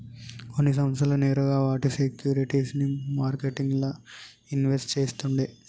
కొన్ని సంస్థలు నేరుగా వాటి సేక్యురిటీస్ ని మార్కెట్లల్ల ఇన్వెస్ట్ చేస్తుండే